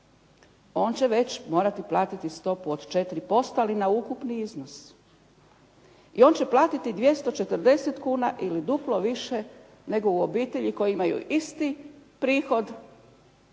On će već morati platiti stopu od 4%, ali na ukupni iznos i on će platiti 240 kuna ili duplo više nego u obitelji koje imaju isti prihod, ali